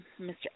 Mr